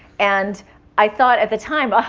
and i thought at the time, but